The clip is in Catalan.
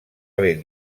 haver